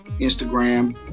Instagram